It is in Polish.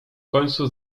końcu